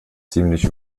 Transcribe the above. ziemlich